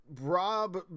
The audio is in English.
Rob